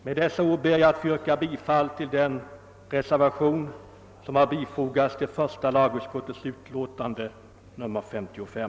Med dessa ord ber jag att få yrka bifall till den reservation som har fogats till första lagutskottets utlåtande nr 55.